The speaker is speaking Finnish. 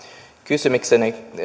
kysymykseni